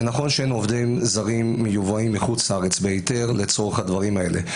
ונכון שאין עובדים זרים מיובאים מחוץ לארץ בהיתר לצורך הדברים האלה,